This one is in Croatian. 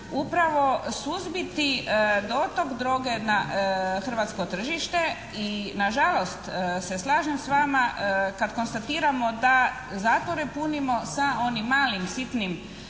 upravo suzbiti dotok droge na hrvatsko tržište i na žalost se slažem s vama kad konstatiramo da zatvore punimo sa onim malim, sitnim,